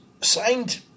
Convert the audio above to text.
signed